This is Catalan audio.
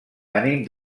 ànim